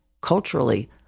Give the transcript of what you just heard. culturally